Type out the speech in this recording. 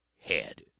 head